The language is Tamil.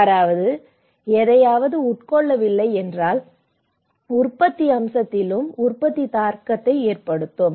யாராவது எதையாவது உட்கொள்ளவில்லை என்றால் உற்பத்தி அம்சத்திலும் உற்பத்தி தாக்கத்தை ஏற்படுத்தும்